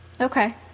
Okay